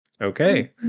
Okay